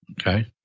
Okay